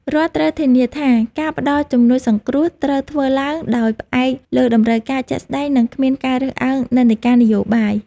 រដ្ឋត្រូវធានាថាការផ្តល់ជំនួយសង្គ្រោះត្រូវធ្វើឡើងដោយផ្អែកលើតម្រូវការជាក់ស្តែង និងគ្មានការរើសអើងនិន្នាការនយោបាយ។